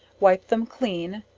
wipe them clean,